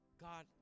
God